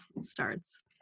starts